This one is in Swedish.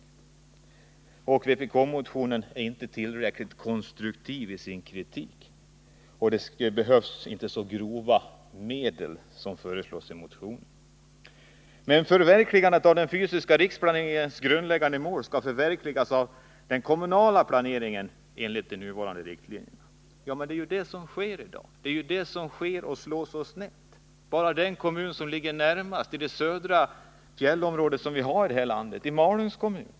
Utskottet anför att vpk-motionen inte för fram någon konstruktiv kritik och att motionärernas syften inte tillgodoses med så grova medel som föreslås i motionen. Förverkligandet av den fysiska riksplaneringens grundläggande mål skall ske inom ramarna för en kommunal planering enligt riktlinjerna. Det är ju det som sker i dag, och det är det som slår så snett. Se bara på den kommun som ligger närmast oss i det sydligaste fjällområde som vi har i det här landet, nämligen Malungs kommun.